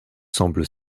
semblent